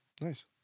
Nice